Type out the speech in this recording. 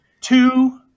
two